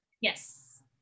Yes